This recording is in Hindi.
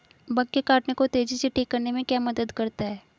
बग के काटने को तेजी से ठीक करने में क्या मदद करता है?